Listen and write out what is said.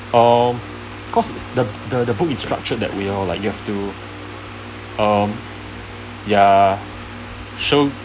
um cause is the the book is structured that way lor like you have to um ya show